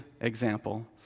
example